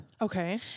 Okay